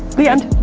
the end.